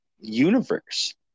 universe